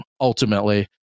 Ultimately